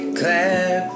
clap